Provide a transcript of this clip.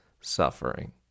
Suffering